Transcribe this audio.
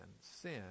sin